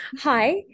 Hi